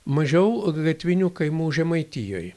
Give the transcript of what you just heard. mažiau gatvinių kaimų žemaitijoj